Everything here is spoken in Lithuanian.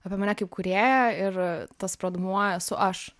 apie mane kaip kūrėją ir tas pradmuo esu aš